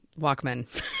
Walkman